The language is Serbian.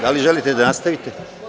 Da li želite da nastavite?